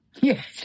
Yes